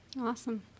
Awesome